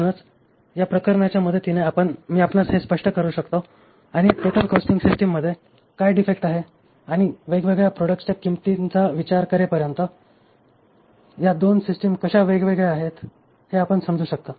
म्हणूनच या प्रकरणाच्या मदतीने मी आपणास हे स्पष्ट करू शकलो आणि टोटल कॉस्टिंग सिस्टिममध्ये काय डिफेक्ट आहे आणि वेगवेगळ्या प्रॉडक्ट्सच्या किंमतींचा विचार करण्यापर्यंत या दोन सिस्टिम्स कशा वेगळ्या आहेत हे आपण समजू शकता